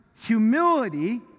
humility